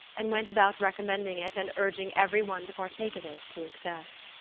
and went about recommending it and urging every one to partake of it to excess.